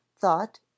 thought